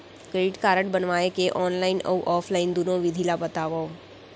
Credit card बनवाए के online अऊ ऑफलाइन दुनो विधि ला बतावव?